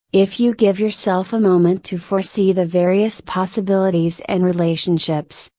if you give yourself a moment to foresee the various possibilities and relationships,